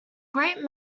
great